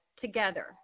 together